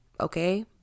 okay